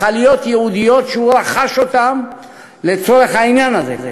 מכליות ייעודיות שהוא רכש לצורך העניין הזה.